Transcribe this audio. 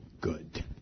good